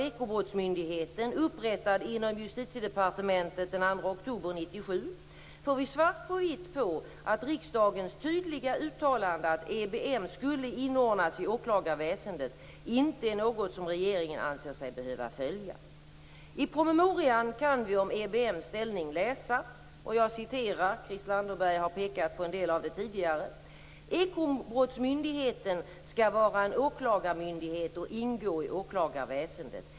Ekobrottsmyndigheten upprättad inom Justiedepartementet den 2 oktober 1997 får vi svart på vitt på att riksdagens tydliga uttalande, att EBM skulle inordnas i åklagarväsendet, inte är något som regeringen anser sig behöva följa. I promemorian kan vi om EBM:s ställning - Christel Anderberg har tidigare pekat på en del av detta - läsa följande: Ekobrottsmyndigheten skall vara en åklagarmyndighet och ingå i åklagarväsendet.